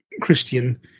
Christian